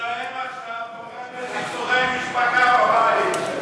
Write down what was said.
מי שנואם עכשיו גורם לסכסוכי משפחה בבית.